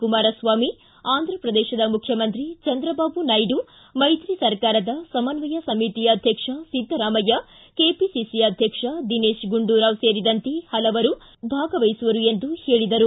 ಕುಮಾರಸ್ವಾಮಿ ಆಂಧ್ರಪ್ರದೇಶದ ಮುಖ್ಯಮಂತ್ರಿ ಚಂದ್ರಬಾಬು ನಾಯ್ದು ಮೈತ್ರಿ ಸರ್ಕಾರದ ಸಮನ್ವಯ ಸಮಿತಿ ಅಧ್ಯಕ್ಷ ಸಿದ್ಧರಾಮಯ್ಯ ಕೆಪಿಸಿಸಿ ಅಧ್ಯಕ್ಷ ದಿನೇಶ್ ಗೂಂಡೂರಾವ್ ಸೇರಿದಂತೆ ಹಲವರು ಭಾಗವಹಿಸುವರು ಎಂದು ಹೇಳಿದರು